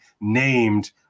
named